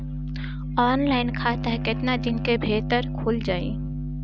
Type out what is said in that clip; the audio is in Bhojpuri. ऑनलाइन खाता केतना दिन के भीतर ख़ुल जाई?